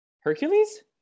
Hercules